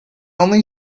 only